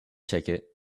ticket